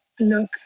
look